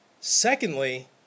Secondly